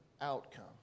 outcome